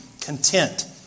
content